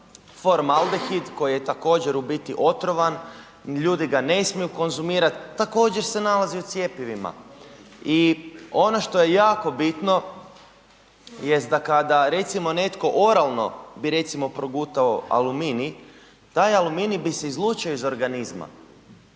formaldehid koji je također u biti otrovan, ljudi ga ne smiju konzumirat, također se nalazi u cjepivima i ono što je jako bitno jest da kada recimo netko oralno bi recimo progutao aluminij, taj aluminij bi se izlučio iz organizma